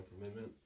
commitment